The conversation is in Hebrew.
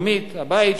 הבית שלנו,